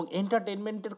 entertainment